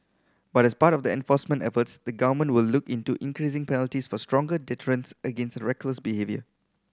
but as part of the enforcement efforts the government will look into increasing penalties for stronger deterrence against reckless behaviour